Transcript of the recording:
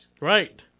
Right